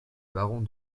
barons